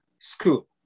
school